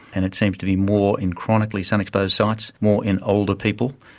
and it seems to be more in chronically sun-exposed sites, more in older people,